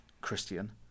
Christian